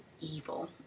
evil